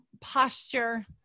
posture